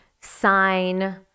sign